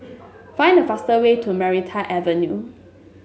find the faster way to Maranta Avenue